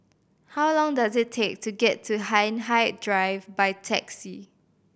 how long does it take to get to Hindhede Drive by taxi